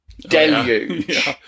deluge